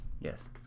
Yes